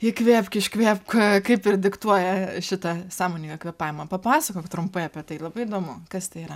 įkvėpk iškvėpk kaip ir diktuoja šitą sąmoningą kvėpavimą papasakok trumpai apie tai labai įdomu kas tai yra